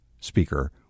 speaker